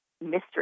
mystery